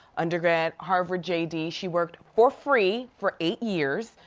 undergrad harvard j d. she worked for free for eight years.